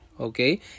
okay